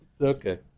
Okay